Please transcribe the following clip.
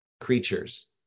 creatures